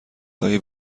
های